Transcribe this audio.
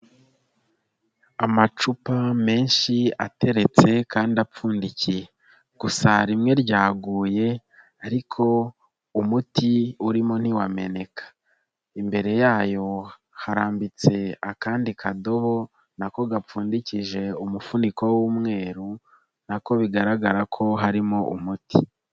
Amacupa menshi ateretse kandi apfundikiye, gusa rimwe ryaguye ariko umuti urimo ntiwameneka, imbere yayo harambitse akandi kadobo na ko gapfundikije umufuniko w'umweru na ko bigaragara ko harimo umuti.